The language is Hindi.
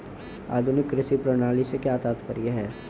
आधुनिक कृषि प्रणाली से क्या तात्पर्य है?